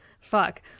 fuck